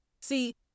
See